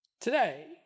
today